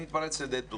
אני מתפרץ לדלת פתוחה.